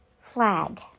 flag